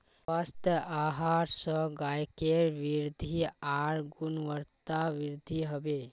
स्वस्थ आहार स गायकेर वृद्धि आर गुणवत्तावृद्धि हबे